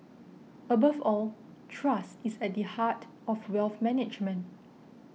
above all trust is at the heart of wealth management